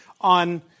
on